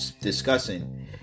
discussing